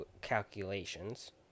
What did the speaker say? calculations